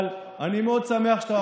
אבל אני מאוד שמח שאתה עושה,